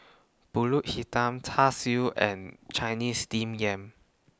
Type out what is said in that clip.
Pulut Hitam Char Siu and Chinese Steamed Yam